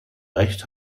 recht